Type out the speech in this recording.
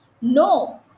No